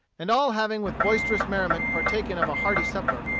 and all having with boisterous merriment partaken of a hearty supper,